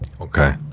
Okay